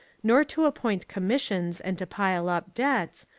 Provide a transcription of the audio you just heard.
nor to appoint commissions and to pile up debts,